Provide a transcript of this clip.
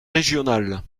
régionales